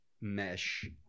mesh